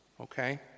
okay